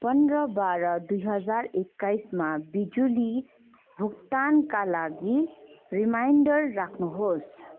पन्ध्र बाह्र दुई हजार एक्काइमा बिजुली भुक्तानका लागि रिमाइन्डर राख्नुहोस्